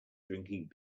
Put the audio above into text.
drinking